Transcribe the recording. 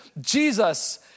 Jesus